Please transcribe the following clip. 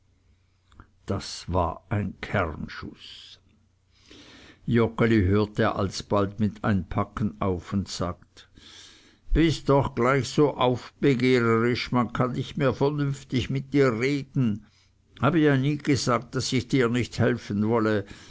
das war ein kernschuß joggeli hörte alsbald mit einpacken auf und sagte bist doch gleich so aufbegehrisch man kann nicht mehr vernünftig mit dir reden habe ja nie gesagt daß ich dir nicht helfen wolle